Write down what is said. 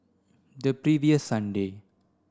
the previous Sunday